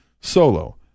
solo